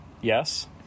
yes